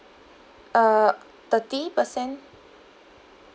err thirty percent